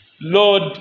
Lord